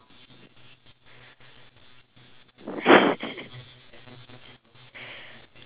and the birds actually eat the chicken so I don't know how